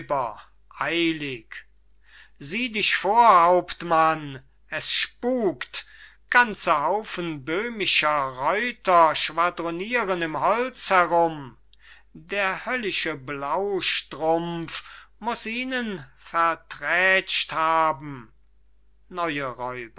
räuber eilig sieh dich vor hauptmann es spukt ganze haufen böhmischer reuter schwadroniren im holz herum der höllische blaustrumpf muß ihnen verträtscht haben neue räuber